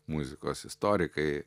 muzikos istorikai